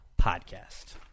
podcast